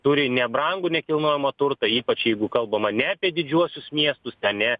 turi nebrangų nekilnojamą turtą ypač jeigu kalbama ne apie didžiuosius miestus ten ne